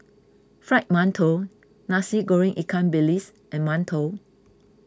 Fried Mantou Nasi Goreng Ikan Bilis and Mantou